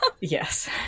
Yes